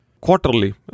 quarterly